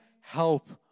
help